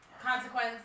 consequence